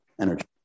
Energy